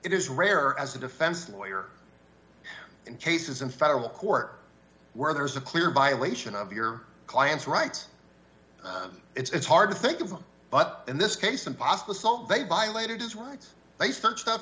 it is rare as a defense lawyer in cases in federal court where there's a clear violation of your client's rights it's hard to think of them but in this case impossible so they violated his rights they searched up